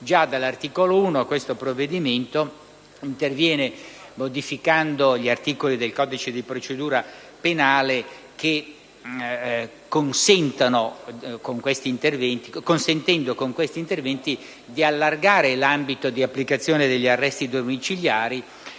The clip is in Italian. già dall'articolo 1 questo provvedimento interviene modificando gli articoli del codice di procedura penale, consentendo di allargare l'ambito di applicazione degli arresti domiciliari